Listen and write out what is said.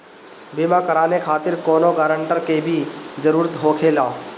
बीमा कराने खातिर कौनो ग्रानटर के भी जरूरत होखे ला?